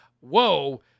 whoa